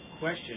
question